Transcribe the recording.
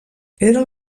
era